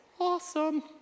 awesome